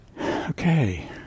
Okay